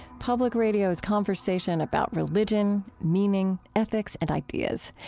public radio's conversation about religion, meaning, ethics, and ideas.